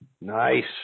Nice